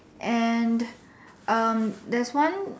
and um there's one